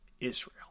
Israel